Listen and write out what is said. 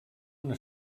una